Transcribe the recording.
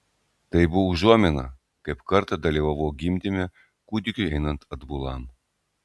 tai buvo užuomina kaip kartą dalyvavau gimdyme kūdikiui einant atbulam